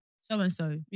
so-and-so